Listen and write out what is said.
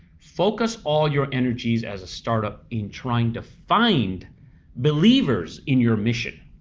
focus all your energies as a startup in trying to find believers in your mission.